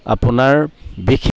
আপোনাৰ বিশেষ